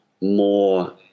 more